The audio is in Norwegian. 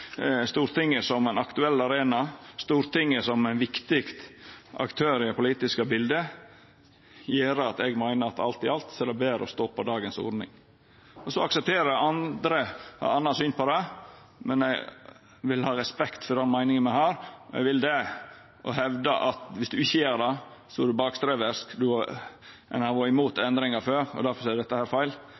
Stortinget som ein aktuell arena, Stortinget som ein viktig aktør i det politiske biletet, gjer at det alt i alt er betre å stå på dagens ordning. Så aksepterer eg at andre har eit anna syn på det, men me vil ha respekt for dei meiningane me har. Å hevda at dersom du ikkje gjer det, er du bakstreversk – ein har vore mot endringar før, og derfor er dette feil